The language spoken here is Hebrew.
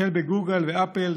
החל בגוגל ואפל,